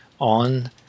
on